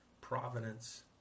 providence